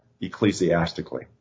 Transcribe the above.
ecclesiastically